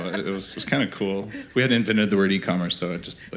it was was kind of cool, we hadn't invented the word e-commerce so it just, like,